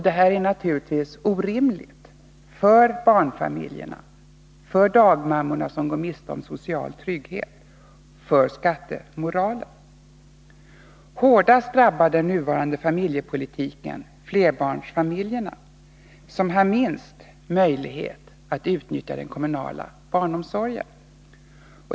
Detta är naturligtvis orimligt, för barnfamiljerna, för dagmammorna, som går miste om social trygghet, och för skattemoralen. Hårdast drabbar den nuvarande familjepolitiken flerbarnsfamiljerna, som har minst möjlighet att utnyttja den kommunala barnomsorgen.